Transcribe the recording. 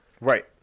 Right